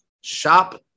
shop